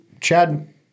Chad